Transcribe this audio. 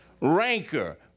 rancor